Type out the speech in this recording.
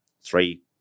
three